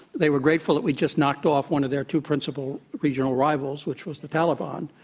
they were grateful that we just knocked off one of their two principal regional rivals, which was the taliban,